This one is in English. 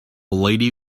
lady